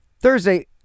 Thursday